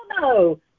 no